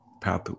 path